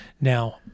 Now